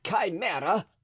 chimera